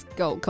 go